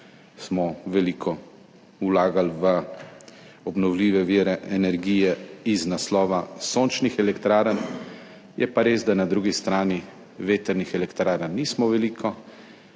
smo veliko vlagali v obnovljive vire energije iz naslova sončnih elektrarn. Je pa res, da na drugi strani vetrnih elektrarn nismo veliko,